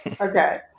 Okay